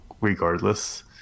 regardless